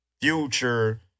Future